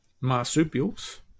Marsupials